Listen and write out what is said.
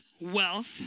wealth